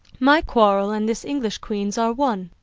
my quarrel, and this english queens, are one